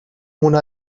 mona